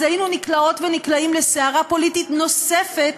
היינו נקלעות ונקלעים לסערה פוליטית נוספת